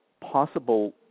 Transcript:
possible